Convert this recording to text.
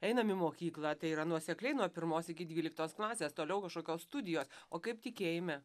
einam į mokyklą tai yra nuosekliai nuo pirmos iki dvyliktos klasės toliau kašokios studijos o kaip tikėjime